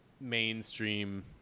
mainstream